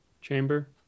chamber